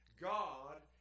God